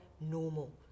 normal